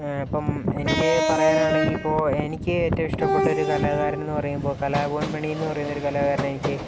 ഇപ്പം എനിക്ക് പറയാനാണെങ്കില് ഇപ്പോൾ എനിക്ക് ഏറ്റവും ഇഷ്ടപെട്ട ഒരു കലാകാരന് എന്ന് പറയുമ്പോള് കലാഭവന് മണിയെന്നു പറയുന്ന ഒരു കലാകാരനെ എനിക്ക്